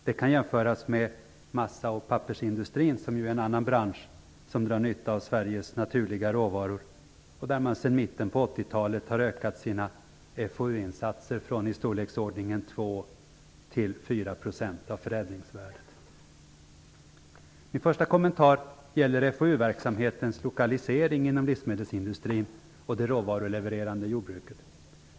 Det kan jämföras med massa och pappersindustrin, som är en annan bransch som drar nytta av Sveriges naturliga råvaror och där man sedan mitten på 80-talet har ökat sina FoU-insatser från i storleksordningen 2 Min första kommentar gäller FoU-verksamhetens lokalisering inom livsmedelsindustrin och det råvarulevererande jordbruket.